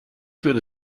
würde